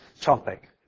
topic